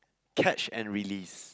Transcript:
catch and release